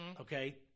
Okay